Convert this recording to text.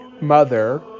mother